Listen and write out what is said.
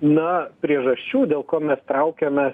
na priežasčių dėl ko mes traukiame